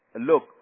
look